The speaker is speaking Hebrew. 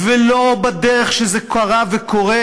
ולא בדרך שזה קרה וקורה.